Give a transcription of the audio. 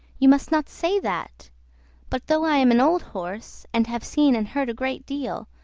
you must not say that but though i am an old horse, and have seen and heard a great deal,